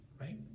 right